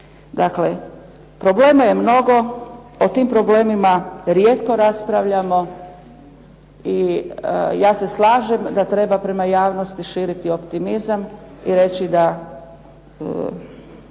Dakle, problema je mnogo. O tim problemima rijetko raspravljamo i ja se slažem da treba prema javnosti širiti optimizam i reći da